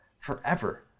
Forever